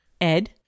Ed